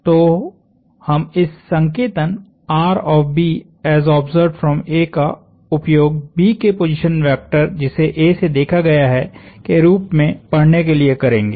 तो हम इस संकेतन का उपयोग B के पोजीशन वेक्टर जिसे A से देखा गया है के रूप में पढ़ने के लिए करेंगे